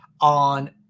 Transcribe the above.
on